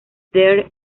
there